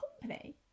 company